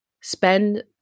spend